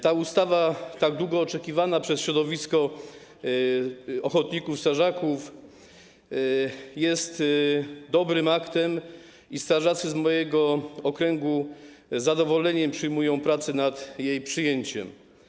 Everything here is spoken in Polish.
Ta ustawa, tak długo oczekiwana przez środowisko strażaków ochotników, jest dobrym aktem i strażacy z mojego okręgu z zadowoleniem przyjmują prace nad jej przyjęciem.